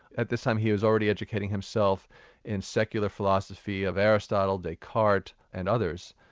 at this time he was already educating himself in secular philosophy, of aristotle, descartes and others,